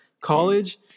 college